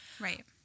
right